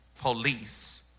police